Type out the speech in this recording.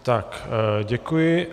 Tak děkuji.